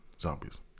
zombies